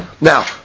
Now